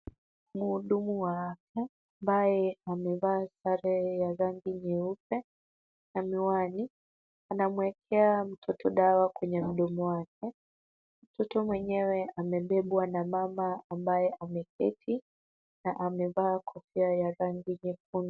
Mhudumu wa afya ambaye amevaa sare ya rangi nyeupe na miwani, anamwekea mtoto dawa kwenye mdomo wake. Mtoto mwenyewe amebebwa na mama ambaye ameketi na ameva kofia ya rangi nyekundu.